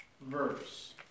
verse